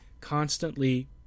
constantly